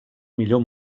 millor